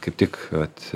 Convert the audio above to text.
kaip tik vat